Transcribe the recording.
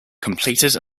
completed